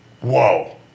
Whoa